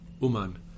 Uman